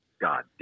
God